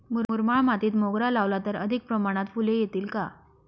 मुरमाड मातीत मोगरा लावला तर अधिक प्रमाणात फूले येतील का?